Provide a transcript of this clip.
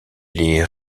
les